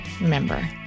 remember